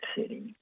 City